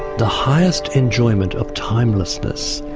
the highest enjoyment of timelessness.